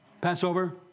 Passover